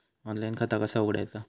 Online खाता कसा उघडायचा?